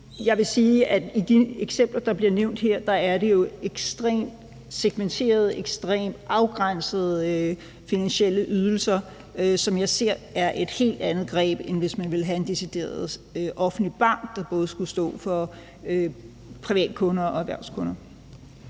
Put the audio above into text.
Jeg vil sige, at i de eksempler, der bliver nævnt her, er det jo ekstremt segmenteret og ekstremt afgrænsede finansielle ydelser, og jeg ser det som et helt andet greb, end hvis man ville have en decideret offentlig bank, der både skulle stå for privatkunder og erhvervskunder.